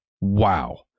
wow